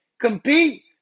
compete